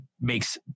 makes